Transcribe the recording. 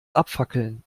abfackeln